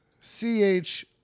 C-H